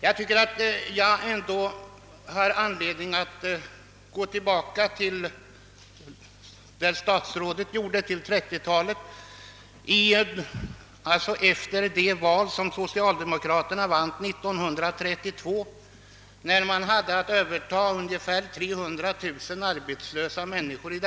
Jag tycker mig ändå ha anledning att, liksom statsrådet Holmqvist, gå tillbaka till 1932 och det val som socialdemokraterna då vann. Regeringen hade då att ta sig an problemet med ungefär 300 000 arbetslösa människor.